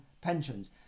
pensions